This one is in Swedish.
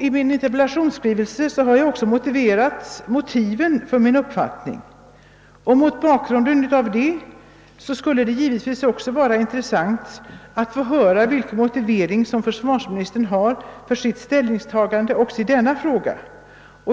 I min interpellation har jag också redovisat motiven för min inställning. Mot bakgrunden härav skulle det givetvis också vara intressant att få höra vilken motivering försvarsministern har för sitt ställningstagande i den frågan.